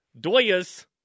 Doyas